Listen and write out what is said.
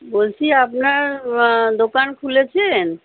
বলছি আপনার দোকান খুলেছেন